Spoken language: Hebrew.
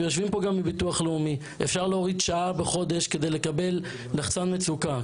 ויושבים פה גם מביטוח לאומי אפשר להוריד שעה בחודש כדי לקבל לחץ מצוקה,